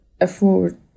afford